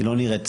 לא נראית סבירה.